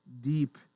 deep